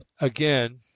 again